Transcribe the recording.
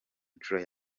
nshuro